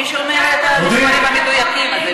מי, את המספרים המדויקים על זה?